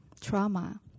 trauma